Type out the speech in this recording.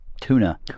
tuna